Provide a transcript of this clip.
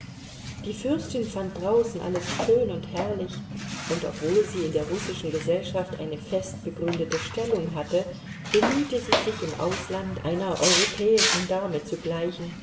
die fürstin fand draußen alles schön und herrlich und obwohl sie in der russischen gesellschaft eine fest begründete stellung hatte bemühte sie sich im ausland einer europäischen dame zu gleichen